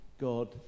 God